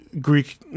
Greek